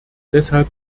deshalb